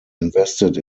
invested